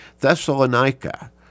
Thessalonica